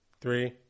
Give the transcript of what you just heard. three